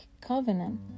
covenant